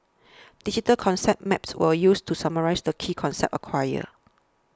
digital concept maps were used to summarise the key concepts acquired